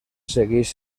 segueix